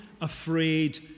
afraid